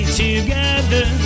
together